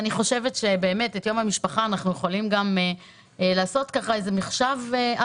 אנחנו צריכים לחשוב,